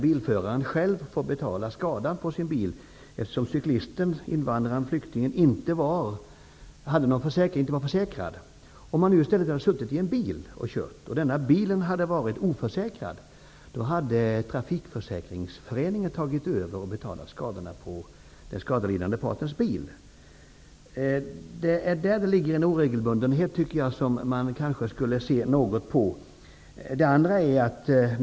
Bilföraren får själv betala skadan på sin bil, eftersom cyklisten -- invandraren, flyktingen -- inte var försäkrad. Om cyklisten i stället hade kört en bil, och denna bil hade varit oförsäkrad, hade Trafikförsäkringsföreningen tagit över och betalat skadorna på den skadelidande partens bil. I detta ligger en orimlighet som man kanske skulle se något på.